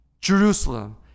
Jerusalem